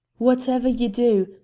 whatever you do,